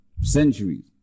centuries